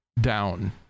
down